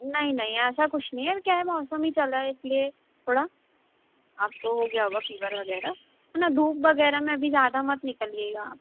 नहीं नहीं ऐसा कुछ नहीं है अभी क्या है मौसम ही चल रहा है इसलिए थोड़ा आपको हो गया होगा फ़ीवर वगैरह है न धूप वगैरह में अभी ज़्यादा मत निकलिएगा आप